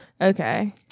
Okay